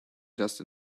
just